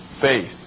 faith